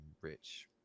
rich